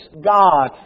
God